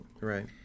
Right